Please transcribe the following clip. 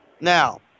Now